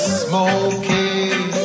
smoking